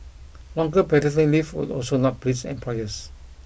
longer paternity leave would also not please employers